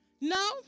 No